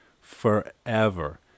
forever